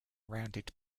rounded